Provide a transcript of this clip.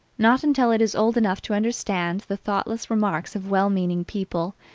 not until it is old enough to understand the thoughtless remarks of well-meaning people,